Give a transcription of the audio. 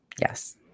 yes